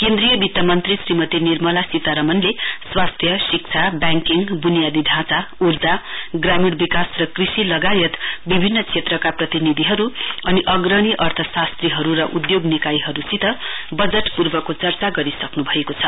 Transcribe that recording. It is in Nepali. केन्द्रीय वित्त मन्त्री श्रीमती निर्मला सीतारमणले स्वास्थ्य शिक्षा वैंकिंग बुनियादी ढांचा ऊर्जा ग्रामीण विकास र कृषि लगायत विभिन्न क्षेत्रका प्रतिनिधिहरू अनि अग्रणी अर्थशास्त्रीहरू र उद्योग निकायहरूसित बजट पूर्वको चर्चा गरिसक्नु भएको छ